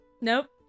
nope